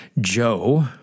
Joe